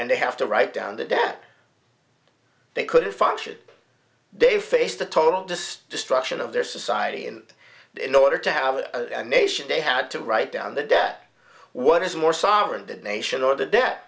and they have to write down the debt they couldn't function they faced the total destruction of their society and in order to have a nation they had to write down the debt what is more sovereign the nation or the debt